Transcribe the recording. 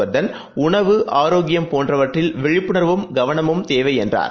வர்தன் உண்வு ஆரோக்கியம் போன்றவற்றில் விழிப்புணர்வும் கவனமும் தேவைஎன்றார்